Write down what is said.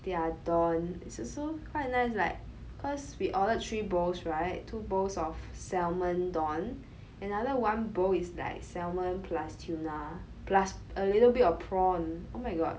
their don is also quite nice like cause we ordered three bowls right two bowls of salmon don another one bowl is like salmon plus tuna plus a little bit of prawn oh my god